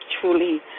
truly